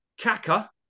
Kaka